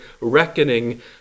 reckoning